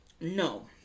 No